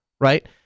right